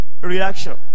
reaction